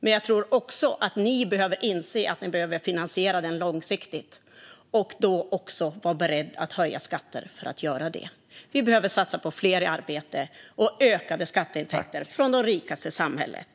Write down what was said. Men jag tror också att ni behöver inse att äldreomsorgen behöver en långsiktig finansiering, och då måste ni vara beredda att höja skatterna. Vi behöver satsa på fler i arbete och ökade skatteintäkter från de rikaste i samhället.